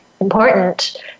important